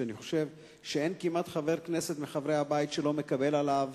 שאני חושב שאין כמעט חבר כנסת מחברי הבית שלא מקבל עליו